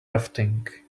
rafting